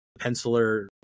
penciler